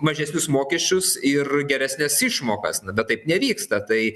mažesnius mokesčius ir geresnes išmokas bet taip nevyksta tai